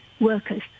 workers